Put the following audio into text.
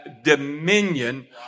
dominion